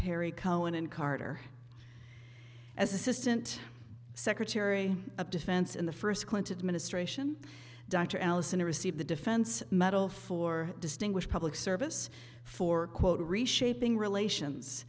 perry cohen and carter as assistant secretary of defense in the first clinton administration dr allison received the defense medal for distinguished public service for quote reshaping relations